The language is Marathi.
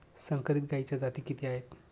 संकरित गायीच्या जाती किती आहेत?